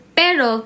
pero